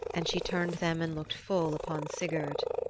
and she turned them and looked full upon sigurd.